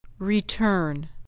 Return